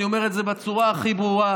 אני אומר את זה בצורה הכי ברורה,